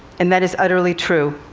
and that is utterly true.